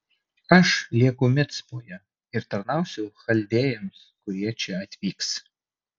aš lieku micpoje ir tarnausiu chaldėjams kurie čia atvyks